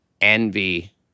envy